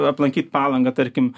aplankyt palangą tarkim